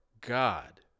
God